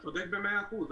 אתה צודק במאה אחוז.